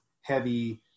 heavy